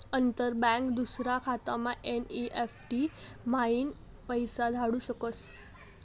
अंतर बँक दूसरा खातामा एन.ई.एफ.टी म्हाईन पैसा धाडू शकस